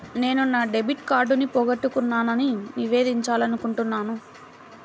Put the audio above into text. నేను నా డెబిట్ కార్డ్ని పోగొట్టుకున్నాని నివేదించాలనుకుంటున్నాను